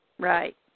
Right